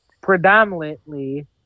predominantly